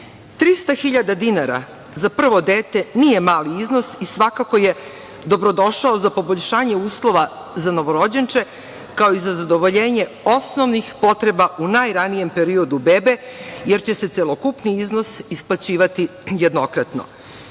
hiljada dinara za prvo dete nije mali iznos i svakako je dobrodošao za poboljšanje uslova za novorođenče, kao i za zadovoljenje osnovnih potreba u najranijem periodu bebe, jer će se celokupni iznos isplaćivati jednokratno. Izmenom